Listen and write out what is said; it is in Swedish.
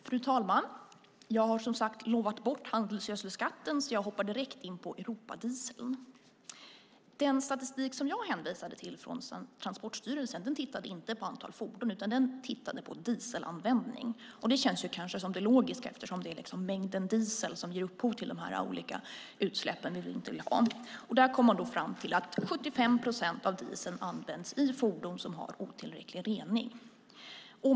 Fru talman! Jag har som sagt lovat bort handelsgödselskatten, så jag hoppar direkt in på Europadieseln. Den statistik jag hänvisade till från Transportstyrelsen tittade inte på antalet fordon, utan den tittade på dieselanvändning. Det känns kanske som det logiska, eftersom det är mängden diesel som ger upphov till de olika utsläpp vi inte vill ha. Där kom man fram till att 75 procent av dieseln används i fordon som har otillräcklig rening.